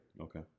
Okay